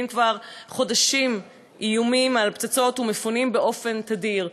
כבר חודשים איומים על פצצות ומפונים באופן תדיר,